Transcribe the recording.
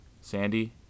Sandy